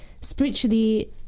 spiritually